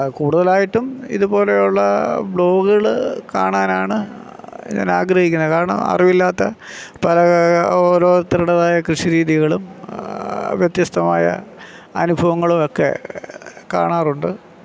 കൂടുതലായിട്ടും ഇതുപോലെയുള്ള വ്ളോഗുകൾ കാണാനാണ് ഞാൻ ആഗ്രഹിക്കുന്നത് കാരണം അറിവില്ലാത്ത പല ഓരോരുത്തരുടേതായ കൃഷി രീതികളും വ്യത്യസ്തമായ അനുഭവങ്ങളും ഒക്കെ കാണാറുണ്ട്